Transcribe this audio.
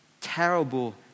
Terrible